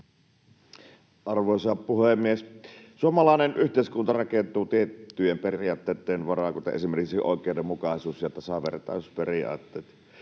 Arvoisa puhemies! Suomalainen yhteiskunta rakentuu tiettyjen periaatteitten varaan, kuten esimerkiksi oikeudenmukaisuus- ja tasavertaisuusperiaatteiden.